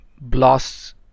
blasts